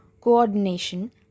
coordination